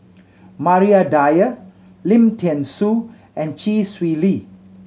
Maria Dyer Lim Thean Soo and Chee Swee Lee